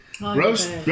Roast